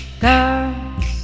girls